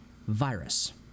Virus